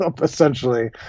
essentially